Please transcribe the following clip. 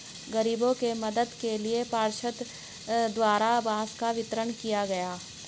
गरीबों के मदद के लिए पार्षद द्वारा बांस का वितरण किया गया